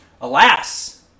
alas